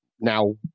now